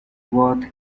worth